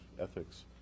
ethics